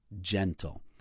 gentle